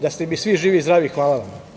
Da ste mi svi živi i zdravi, hvala vam.